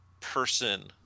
person